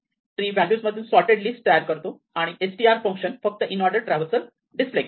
tree व्हॅल्यूजमधून sorted list तयार करतो आणि str फंक्शन फक्त इनऑर्डर ट्रॅव्हर्सल डिस्प्ले करतो